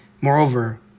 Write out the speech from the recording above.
Moreover